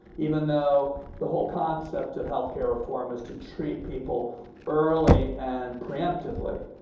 even though the whole concept of health care reform is to treat people early and preemptively.